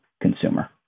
consumer